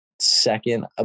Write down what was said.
second